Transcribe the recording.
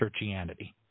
churchianity